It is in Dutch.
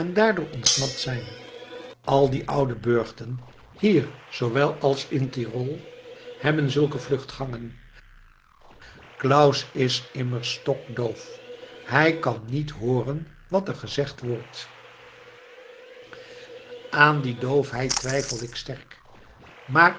daardoor ontsnapt zijn al die oude burchten hier zoowel als in tirol hebben zulke vluchtgangen claus is immers stokdoof hij kan niet hooren wat er gezegd wordt aan die doofheid twijfel ik sterk maar